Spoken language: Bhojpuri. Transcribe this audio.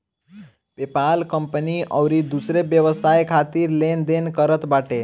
पेपाल कंपनी अउरी दूसर व्यवसाय खातिर लेन देन करत बाटे